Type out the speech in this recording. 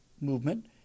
movement